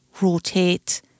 rotate